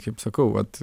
kaip sakau vat